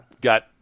got